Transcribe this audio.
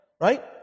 right